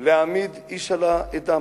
להעמיד איש על העדה.